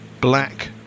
black